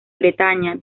bretaña